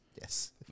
Yes